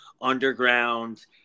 underground